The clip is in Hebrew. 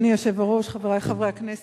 אדוני היושב-ראש, חברי חברי הכנסת,